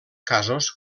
casos